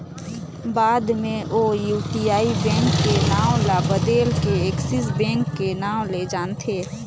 बाद मे ओ यूटीआई बेंक के नांव ल बदेल के एक्सिस बेंक के नांव ले जानथें